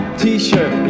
t-shirt